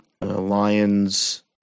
Lions